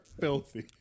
filthy